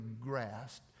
grasped